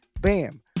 bam